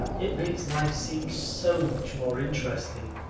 it makes life seem so much more interesting.